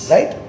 Right